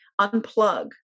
unplug